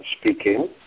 speaking